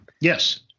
Yes